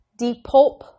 depulp